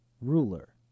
ruler